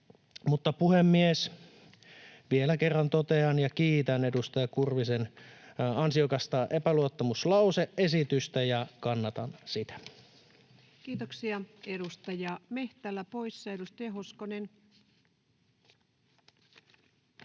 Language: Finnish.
Puhemies! Vielä kerran totean, että kiitän edustaja Kurvisen ansiokkaasta epäluottamuslause-esityksestä ja kannatan sitä. Kiitoksia. — Edustaja Mehtälä poissa. — Edustaja Hoskonen.